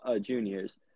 juniors